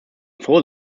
froh